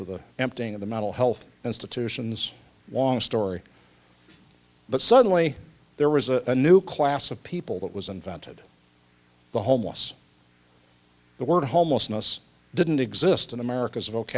of the emptying of the mental health institutions long story but suddenly there was a new class of people that was invented the homeless the word homelessness didn't exist in america